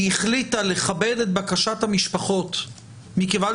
היא החליטה לכבד את בקשת המשפחות מכיוון